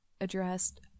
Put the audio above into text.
addressed